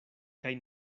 kaj